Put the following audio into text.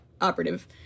operative